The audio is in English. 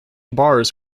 bars